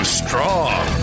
strong